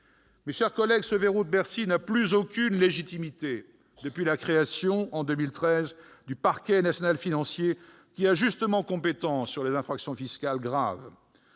Mes chers collègues, ce « verrou de Bercy » n'a plus aucune légitimité depuis la création, en 2013, du Parquet national financier, le PNF, qui a justement compétence sur les infractions fiscales graves.